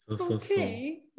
Okay